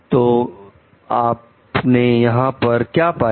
तो आपने यहां पर क्या पाया